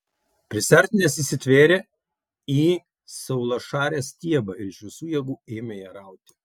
prisiartinęs įsitvėrė į saulašarės stiebą ir iš visų jėgų ėmė ją rauti